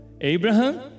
Abraham